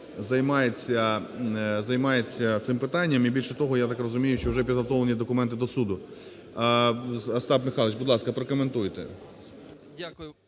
займається цим питання. І більше того, я так розумію, що вже підготовлені документи до суду. Остап Михайлович, будь ласка, прокоментуйте.